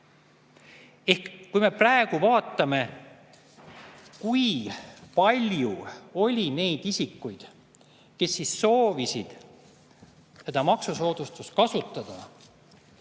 Kui me praegu vaatame, kui palju oli neid isikuid, kes soovisid neid maksusoodustusi kasutada,